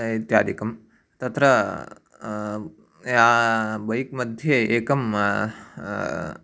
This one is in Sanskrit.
इत्यादिकं तत्र या बैक् मध्ये एकं